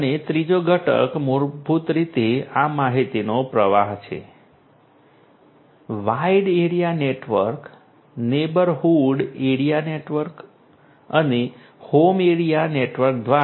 અને ત્રીજો ઘટક મૂળભૂત રીતે આ માહિતીનો પ્રવાહ છે wide area network neighbourhood area network અને હોમ એરિયા નેટવર્ક દ્વારા